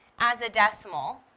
as a decimal,